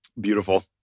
Beautiful